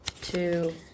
two